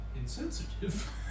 insensitive